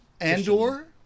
Andor